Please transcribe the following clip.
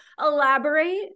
elaborate